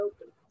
open